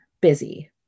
busy